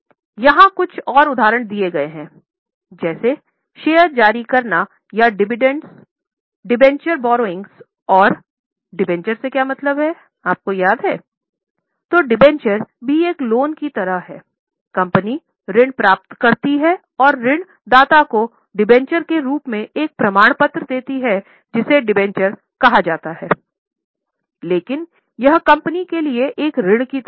तो यहाँ कुछ उदाहरण दिए गए हैं जैसे शेयर जारी करना या डिबेंचर बोर्रोविंग्स गति विधि भी है